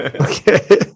Okay